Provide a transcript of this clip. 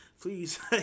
please